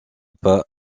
pas